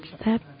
step